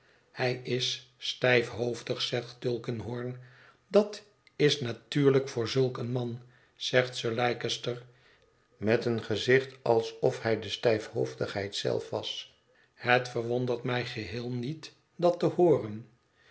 hij is stijfhoofdig zegt tulkinghorn dat is natuurlijk voor zulk een man zegt sir leicester met een gezicht alsof hij de stijthooidigheid zelf was het verwondert mij geheel niet dat te hooren